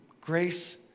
grace